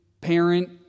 parent